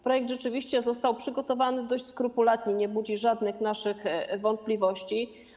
Projekt rzeczywiście został przygotowany dość skrupulatnie, nie budzi żadnych naszych wątpliwości.